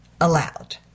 Allowed